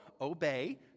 obey